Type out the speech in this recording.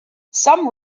some